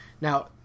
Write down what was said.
now